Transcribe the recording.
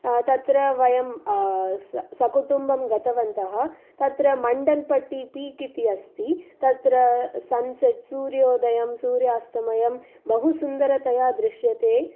तत्र वयं स सकुटुम्बं गतवन्तः तत्र मण्डल्पट्टी पीक् इति अस्ति तत्र सन्सेट् सूर्योदयं सूर्यास्तमयं बहु सुन्दरतया दृश्यते